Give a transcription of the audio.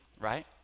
right